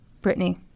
Brittany